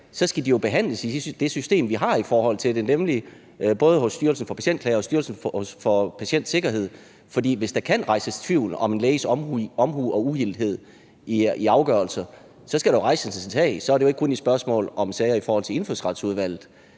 skal de jo behandles i det system, vi har til det, nemlig både hos Styrelsen for Patientklager og Styrelsen for Patientsikkerhed. For hvis der kan rejses tvivl om en læges omhu og uhildethed i afgørelser, skal der jo rejses en sag; så er det jo ikke kun i spørgsmål om sager i forhold til Indfødsretsudvalget.